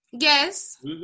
Yes